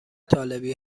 طالبی